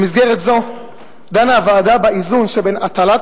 במסגרת זו דנה הוועדה באיזון שבין הטלת